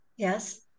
Yes